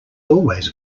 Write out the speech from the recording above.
always